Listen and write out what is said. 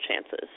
chances